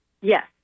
Yes